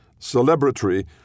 celebratory